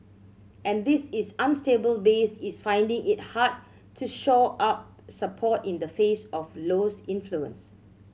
and this is unstable base is finding it hard to shore up support in the face of Low's influence